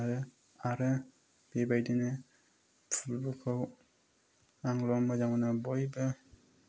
आरो बेबायदिनो फुटबल खौ आंल' मोजां मोना बयबो